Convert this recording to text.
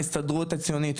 ההסתדרות הציונית,